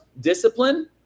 discipline